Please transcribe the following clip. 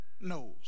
knows